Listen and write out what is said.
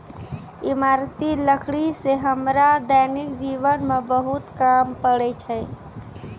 इमारती लकड़ी सें हमरा दैनिक जीवन म बहुत काम पड़ै छै